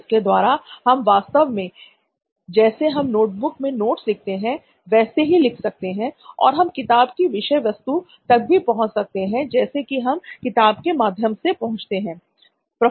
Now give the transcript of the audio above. इसके द्वारा हम वास्तव में जैसे हम नोटबुक में नोट्स लिखते हैं वैसे ही लिख सकते हैं और हम किताब की विषय वस्तु तक भी पहुंच सकते हैं जैसे कि हम किताब के माध्यम से पहुंचते थे